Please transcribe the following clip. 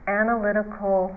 analytical